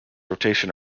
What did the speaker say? rotation